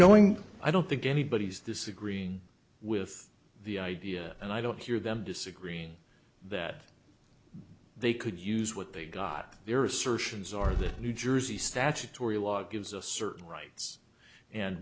going i don't think anybody's disagreeing with the idea and i don't hear them disagreeing that they could use what they got their assertions are that new jersey statutory law gives a certain rights and